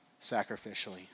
sacrificially